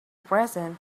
present